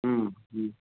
ह्म् ह्म्